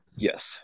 Yes